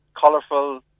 colorful